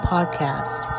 Podcast